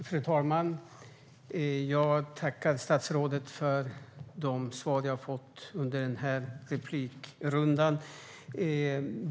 Fru talman! Jag tackar statsrådet för de svar jag har fått i den här debattrundan.